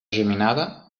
geminada